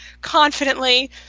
confidently